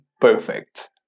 perfect